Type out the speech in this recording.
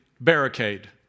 barricade